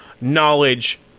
knowledge